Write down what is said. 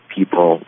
people